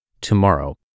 tomorrow